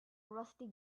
rusty